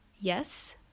yes